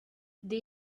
they